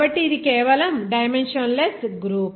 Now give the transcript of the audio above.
కాబట్టి ఇది కేవలం డైమెన్షన్ లెస్ గ్రూప్